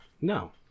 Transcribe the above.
no